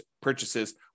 purchases